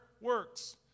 works